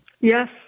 Yes